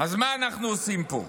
אז מה אנחנו עושים פה?